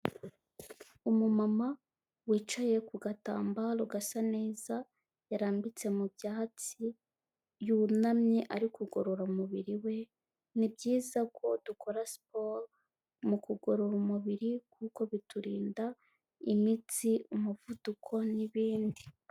Umumama wicaye ku gatambaro gasa neza yarambitse mu byatsi, yunamye ari kugorora umubiri we. Ni byiza ko dukora siporo mu kugorora umubiri kuko biturinda imitsi, umuvuduko n'ibindi.